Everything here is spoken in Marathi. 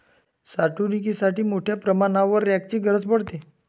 साठवणुकीसाठी मोठ्या प्रमाणावर रॅकची गरज पडते